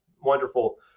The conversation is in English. wonderful